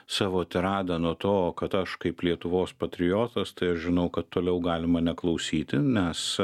savo tiradą nuo to kad aš kaip lietuvos patriotas tai aš žinau kad toliau galima neklausyti nes